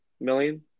million